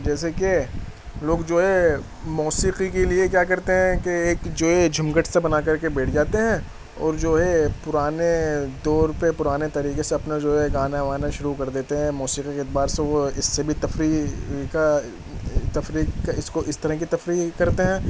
جیسے کہ لوگ جو ہیں موسیقی کے لیے کیا کرتے ہیں کہ ایک جو ہے جھمگٹ سا بنا کر کے بیٹھ جاتے ہیں اور جو ہے پرانے دور پہ پرانے طریقے سے اپنا جو ہے گانا وانا شروع کر دیتے ہیں موسیقی کے اعتبار سے وہ اس سے بھی تفریح کا تفریح کا اس کو اس طرح کی تفریح کرتے ہیں